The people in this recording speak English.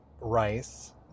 rice